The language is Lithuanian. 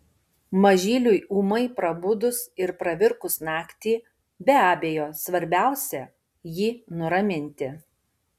mažyliui ūmai prabudus ir pravirkus naktį be abejo svarbiausia jį nuraminti